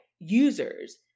users